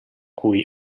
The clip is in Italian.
cui